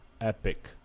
epic